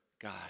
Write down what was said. God